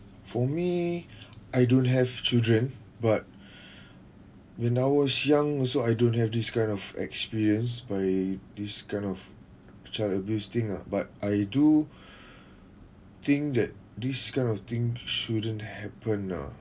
for me I don't have children but when I was young also I don't have this kind of experience by this kind of child abuse thing ah but I do think that this kind of thing shouldn't happen nah